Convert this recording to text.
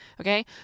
okay